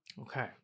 Okay